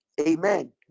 amen